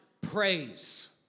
praise